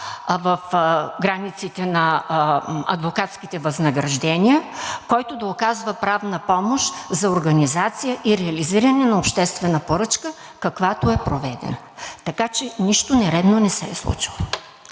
в границите на адвокатските възнаграждения, който да оказва правна помощ за организация и реализиране на обществена поръчка, каквато е проведена, така че нищо нередно не се е случило.